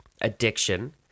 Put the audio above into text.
addiction